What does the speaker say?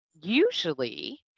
usually